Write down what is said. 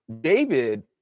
David